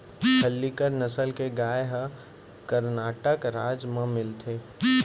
हल्लीकर नसल के गाय ह करनाटक राज म मिलथे